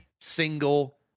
single